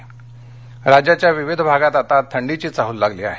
हवामान राज्याच्या विविध भागात आता थंडीची चाहूल लागली आहे